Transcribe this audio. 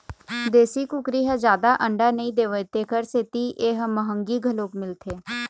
देशी कुकरी ह जादा अंडा नइ देवय तेखर सेती ए ह मंहगी घलोक मिलथे